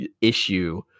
issue